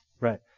Right